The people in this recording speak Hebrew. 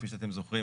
כפי שאתם זוכרים,